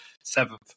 seventh